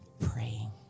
praying